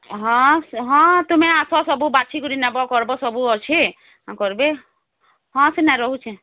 ହଁ ହଁ ତୁମେ ଆସ ସବୁ ବାଛି କରି ନେବ କରବ ସବୁ ଅଛି କରିବି ହଁ ସୀମା ରହୁଛେ